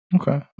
Okay